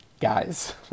guys